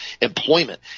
employment